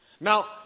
Now